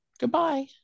goodbye